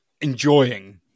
enjoying